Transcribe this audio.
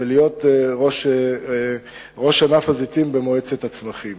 ולהיות ראש ענף הזיתים במועצת הצמחים,